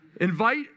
Invite